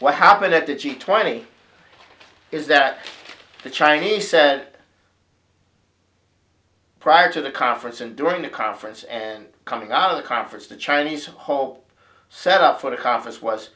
what happened at the g twenty is that the chinese said prior to the conference and during the conference and coming out of the conference the chinese hope set up for the conference was